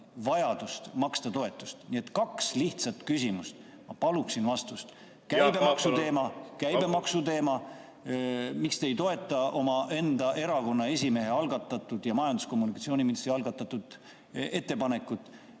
vajaduse maksta toetust? Nii et kaks lihtsat küsimust, ma palun vastust. Käibemaksu teema – miks te ei toeta oma erakonna esimehe algatatud ja majandus- ja kommunikatsiooniministri algatatud ettepanekut?